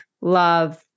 love